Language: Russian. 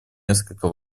несколько